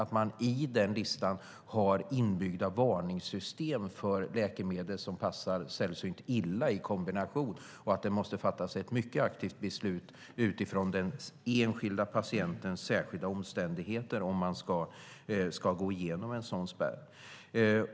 I listan ska det också finnas inbyggda varningssystem för läkemedel som passar illa i kombination. Det måste då fattas ett mycket aktivt beslut utifrån den enskilda patientens särskilda omständigheter om man ska gå förbi en sådan spärr.